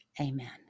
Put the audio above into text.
amen